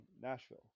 Nashville